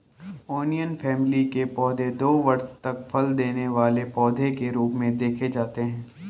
onion family के पौधे दो वर्ष तक फल देने वाले पौधे के रूप में देखे जाते हैं